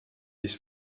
his